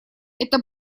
это